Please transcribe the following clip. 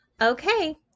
Okay